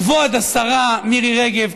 כבוד השרה מירי רגב,